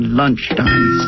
lunchtime